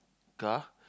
car